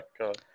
God